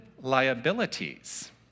liabilities